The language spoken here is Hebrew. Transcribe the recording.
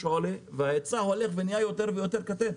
שעולה וההיצע הולך ונהיה יותר ויותר קטן,